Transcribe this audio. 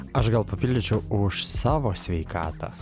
aš gal papildyčiau už savo sveikatą